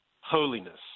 holiness